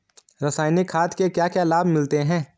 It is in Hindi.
रसायनिक खाद के क्या क्या लाभ मिलते हैं?